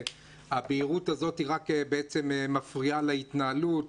שהבהירות הזאת רק מפריעה להתנהלות,